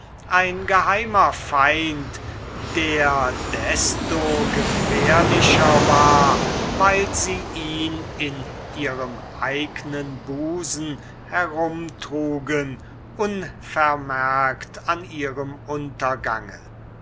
ein geheimer feind der desto gefährlicher war weil sie ihn in ihrem eignen busen herumtrugen unvermerkt an ihrem untergang